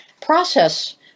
process